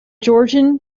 georgian